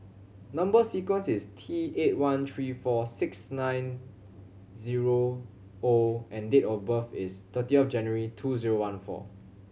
number sequence is T eight one three four six nine zero O and date of birth is thirtieth January two zero one four